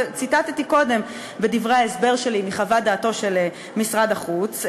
ציטטתי קודם בדברי ההסבר שלי מחוות דעתו של משרד החוץ,